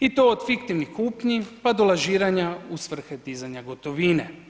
i to od fiktivnih kupnji pa do lažiranja u svrhe dizanja gotovine.